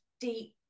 deep